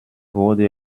wurde